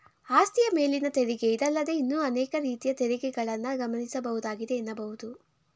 ಆಸ್ತಿಯ ಮೇಲಿನ ತೆರಿಗೆ ಇದಲ್ಲದೇ ಇನ್ನೂ ಅನೇಕ ರೀತಿಯ ತೆರಿಗೆಗಳನ್ನ ಗಮನಿಸಬಹುದಾಗಿದೆ ಎನ್ನಬಹುದು